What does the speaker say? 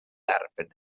erbyn